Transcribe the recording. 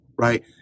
right